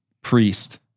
priest